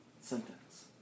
sentence